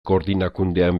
koordinakundean